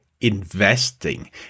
investing